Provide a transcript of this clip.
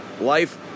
Life